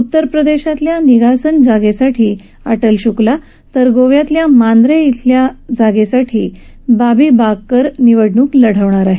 उत्तरप्रदेशातल्या निघासान जागेसाठी अटल शुक्ला तर गोव्यातल्या मान्द्रे जागेसाठी बाबी बागकर निवडणूक लढणार आहेत